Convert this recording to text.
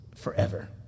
Forever